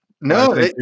no